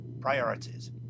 priorities